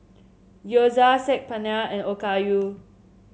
Gyoza Saag Paneer and Okayu